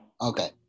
Okay